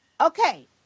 Okay